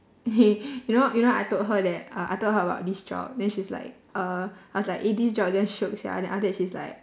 okay you know you know I told her that uh I told her about this job then she's like uh I was like this eh job damn shiok sia then after that she's like